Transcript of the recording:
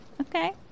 Okay